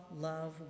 love